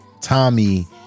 Tommy